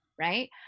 right